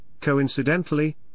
coincidentally